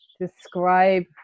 describe